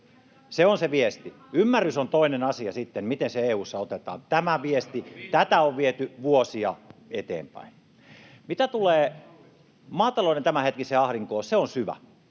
Se on se viesti. Ymmärrys on toinen asia sitten, se, miten se EU:ssa otetaan. Tätä viestiä on viety vuosia eteenpäin. Mitä tulee maatalouden tämänhetkiseen ahdinkoon: se on syvä,